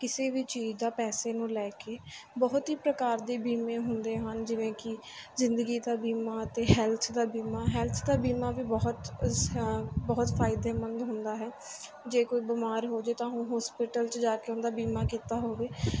ਕਿਸੇ ਵੀ ਚੀਜ਼ ਦਾ ਪੈਸੇ ਨੂੰ ਲੈ ਕੇ ਬਹੁਤ ਹੀ ਪ੍ਰਕਾਰ ਦੇ ਬੀਮੇ ਹੁੰਦੇ ਹਨ ਜਿਵੇਂ ਕਿ ਜ਼ਿੰਦਗੀ ਦਾ ਬੀਮਾ ਅਤੇ ਹੈਲਥ ਦਾ ਬੀਮਾ ਹੈਲਥ ਦਾ ਬੀਮਾ ਵੀ ਬਹੁਤ ਹਾਂ ਬਹੁਤ ਫਾਇਦੇਮੰਦ ਹੁੰਦਾ ਹੈ ਜੇ ਕੋਈ ਬਿਮਾਰ ਹੋ ਜਾਏ ਤਾਂ ਉਹ ਹੋਸਪਿਟਲ 'ਚ ਜਾ ਕੇ ਉਹਦਾ ਬੀਮਾ ਕੀਤਾ ਹੋਵੇ